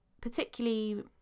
particularly